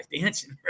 dancing